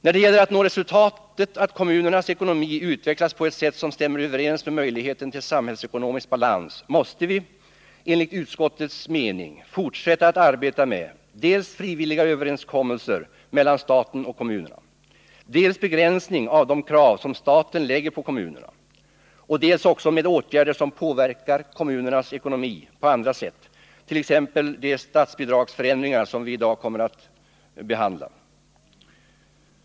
När det gäller att nå resultatet att kommunernas ekonomi utvecklas på ett sätt som stämmer överens med möjligheten till samhällsekonomisk balans måste vi enligt utskottets mening fortsätta att arbeta med dels frivilliga överenskommelser mellan staten och kommunerna, dels begränsning av de krav som staten lägger på kommunerna, dels ock åtgärder som påverkar kommunernas ekonomi på andra sätt — t.ex. de statsbidragsförändringar som vi i dag kommer att behandla.